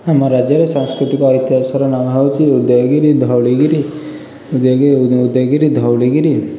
ଆମ ରାଜ୍ୟରେ ସାଂସ୍କୃତିକ ଐତିହାସର ନାଁ ହେଉଛି ଉଦୟଗିରି ଧଉଳିଗିରି ଉଦୟ ଉଦୟଗିରି ଧଉଳିଗିରି